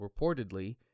reportedly